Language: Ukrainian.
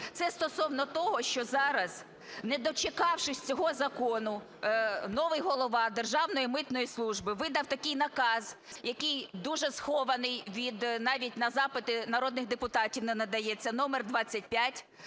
Це стосовно того, що зараз, не дочекавшись цього закону, новий голова Державної митної служби видав такий наказ, який дуже схований від… навіть на запити народних депутатів не надається, номер 25